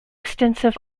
extensive